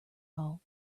all